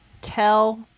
tell